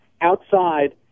outside